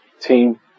team